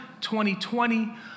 2020